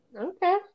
Okay